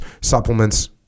supplements